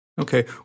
Okay